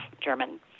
German